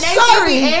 sorry